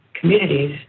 communities